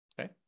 Okay